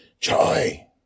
Joy